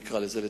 נקרא לזה כך,